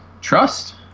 Trust